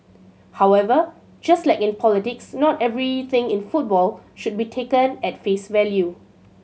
however just like in politics not everything in football should be taken at face value